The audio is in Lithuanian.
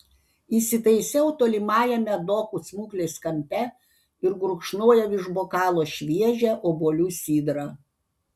įsitaisiau tolimajame dokų smuklės kampe ir gurkšnojau iš bokalo šviežią obuolių sidrą